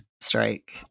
strike